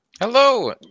Hello